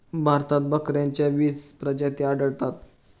भारतात बकऱ्यांच्या वीस प्रजाती आढळतात